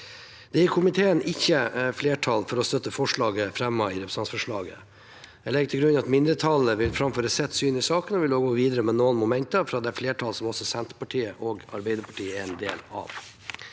Det er ikke flertall i komiteen for å støtte forslaget fremmet i representantforslaget. Jeg legger til grunn at mindretallet vil framføre sitt syn i saken, og vil gå videre med noen momenter fra det flertallet som også Senterpartiet og Arbeiderpartiet er med på.